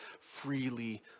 freely